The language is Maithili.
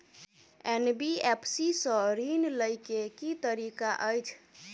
एन.बी.एफ.सी सँ ऋण लय केँ की तरीका अछि?